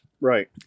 Right